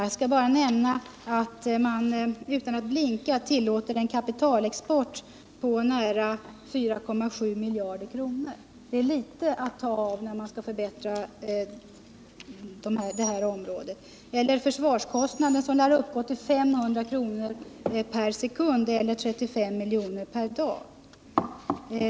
Jag skall bara nämna att man utan att blinka tillåter en kapitalexport på nära 4,7 miljarder kronor. Det är litet att ta av när man skall förbättra på det här området! Eller försvarskostnaderna, som lär uppgå till 500 kr. per sekund eller 35 miljoner per dag.